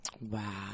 Wow